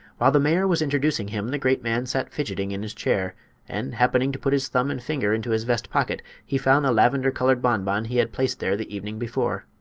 while the mayor was introducing him the great man sat fidgeting in his chair and, happening to put his thumb and finger into his vest pocket, he found the lavender-colored bonbon he had placed there the evening before.